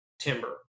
timber